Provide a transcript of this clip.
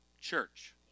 church